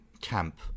camp